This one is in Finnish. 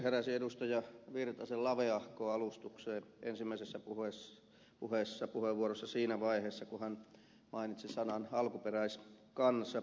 heräsin edustaja virtasen laveahkoon alustukseen ensimmäisessä puheenvuorossa siinä vaiheessa kun hän mainitsi sanan alkuperäiskansa